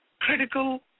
critical